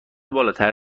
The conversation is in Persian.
بالاتر